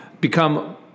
become